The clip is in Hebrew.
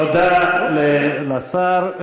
תודה לשר.